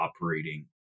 operating